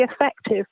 effective